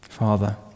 Father